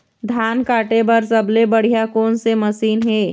धान काटे बर सबले बढ़िया कोन से मशीन हे?